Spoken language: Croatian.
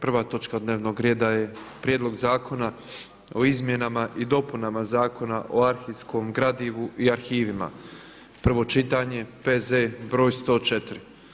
Prva točka dnevnog reda je: - Prijedlog zakona o izmjenama i dopunama Zakona o arhivskom gradivu i arhivima, prvo čitanje, P.Z. br. 104.